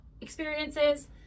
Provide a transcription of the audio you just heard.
experiences